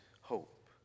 hope